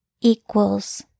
equals